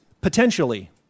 potentially